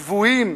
שבויים,